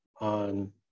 on